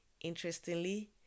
Interestingly